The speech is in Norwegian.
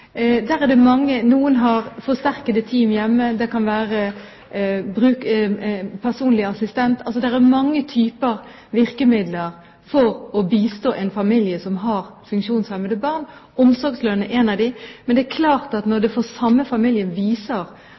forsterkede team hjemme, det kan være personlig assistent – det finnes mange typer virkemidler for å bistå en familie som har funksjonshemmede barn. Omsorgslønn er et av dem, men det er klart at når samme familie opplever at det er ulik praksis fra kommune til kommune og man ønsker å fortsette med den samme